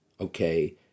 okay